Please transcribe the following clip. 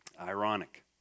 Ironic